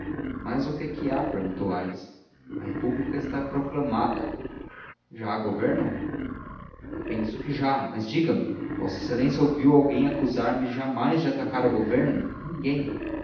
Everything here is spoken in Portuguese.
mas o que é que há perguntou aires a república está proclamada já há governo penso que já mas diga-me v exa ouviu alguém acusar me jamais de atacar o governo ninguém